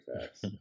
facts